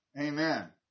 Amen